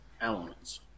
elements